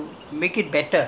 in the market already